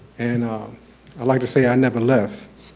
and i'd like to say i never left.